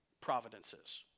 providences